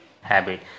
habit